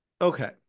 okay